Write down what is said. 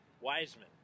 Wiseman